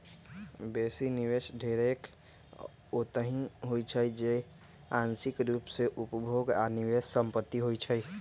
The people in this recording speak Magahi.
बेशी निवेश ढेरेक ओतहि होइ छइ जे आंशिक रूप से उपभोग आऽ निवेश संपत्ति होइ छइ